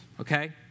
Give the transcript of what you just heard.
okay